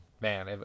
man